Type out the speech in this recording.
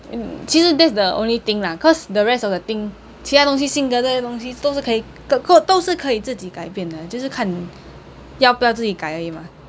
其实 that's the only thing lah cause the rest of the thing 其他东西性格这些东西都是可以都是可以自己改变的就是看你要不要自己改而已嘛